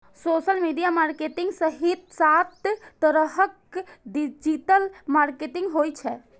social media marketing सहित सात तरहक डिजिटल मार्केटिंग होइ छै